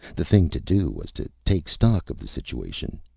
the thing to do was to take stock of the situation,